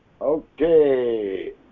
Okay